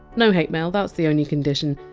no hate mail, that! s the only condition.